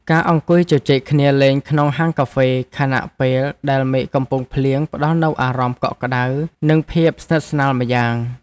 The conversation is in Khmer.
ការអង្គុយជជែកគ្នាលេងក្នុងហាងកាហ្វេខណៈពេលដែលមេឃកំពុងភ្លៀងផ្តល់នូវអារម្មណ៍កក់ក្តៅ និងភាពស្និទ្ធស្នាលម្យ៉ាង។